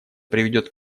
приведет